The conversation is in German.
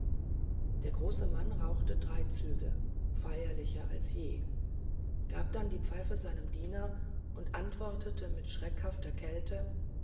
der große mann rauchte drei züge feierlicher als je gab dann die pfeife seinem diener und antwortete mit schreckhafter kälte